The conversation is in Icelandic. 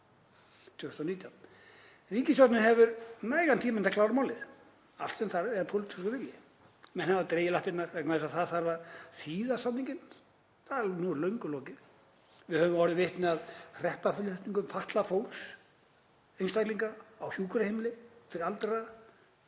2019. Ríkisstjórnin hefur nægan tíma til að klára málið. Allt sem þarf er pólitískur vilji. Menn hafa dregið lappirnar vegna þess að það þarf að þýða samninginn en því er nú löngu lokið. Við höfum orðið vitni að hreppaflutningum fatlaðs fólks, einstaklinga, á hjúkrunarheimili fyrir aldraða